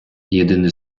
єдиний